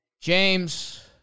James